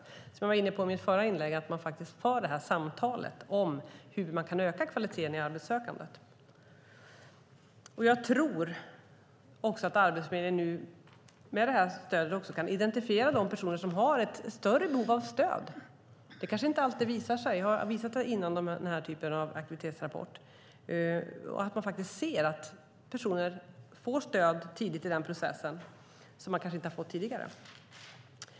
Det var det jag var inne på i mitt förra inlägg, om att faktiskt föra samtalet om hur kvaliteten i arbetssökandet kan ökas. Jag tror också att Arbetsförmedlingen med det här stödet nu kan identifiera de personer som har ett större behov av stöd. Det kanske inte alltid visar sig men har visat sig inom den här typen av aktivitetsrapport. Man ser faktiskt att personer som kanske inte har fått stöd tidigare får det tidigt i processen.